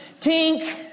Tink